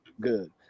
good